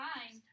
Fine